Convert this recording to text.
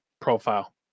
profile